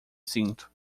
sinto